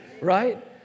Right